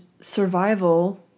survival